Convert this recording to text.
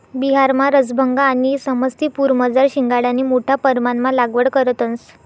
बिहारमा रसभंगा आणि समस्तीपुरमझार शिंघाडानी मोठा परमाणमा लागवड करतंस